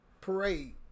parade